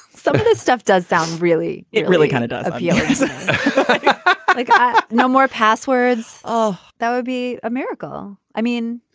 so this stuff does sound really it really kind of does. ah i got no more passwords. oh, that would be a miracle. i mean,